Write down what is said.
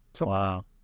Wow